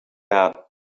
that